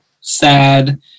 sad